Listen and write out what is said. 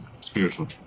Spiritual